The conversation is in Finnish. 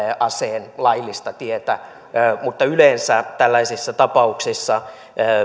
aseen laillista tietä mutta yleensä tällaisissa tapauksissa